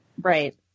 Right